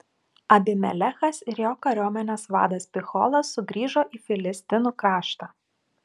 abimelechas ir jo kariuomenės vadas picholas sugrįžo į filistinų kraštą